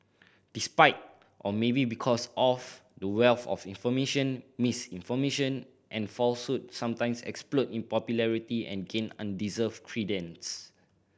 despite or maybe because of the wealth of information misinformation and sometimes explode in popularity and gain undeserved credence